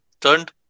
turned